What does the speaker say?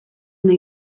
una